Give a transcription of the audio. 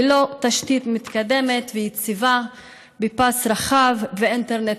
ללא תשתית מתקדמת ויציבה בפס רחב ואינטרנט